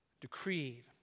decreed